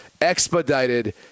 expedited